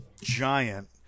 giant